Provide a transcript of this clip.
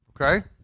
Okay